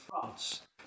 France